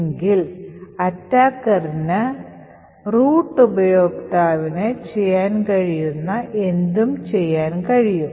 എങ്കിൽ Attackerന് റൂട്ട് ഉപയോക്താവിന് ചെയ്യാൻ കഴിയുന്ന എന്തും ചെയ്യാൻ കഴിയും